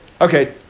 Okay